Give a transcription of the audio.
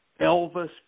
Elvis